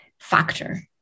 factor